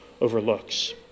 overlooks